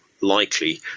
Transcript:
likely